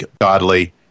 godly